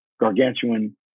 gargantuan